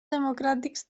democràtics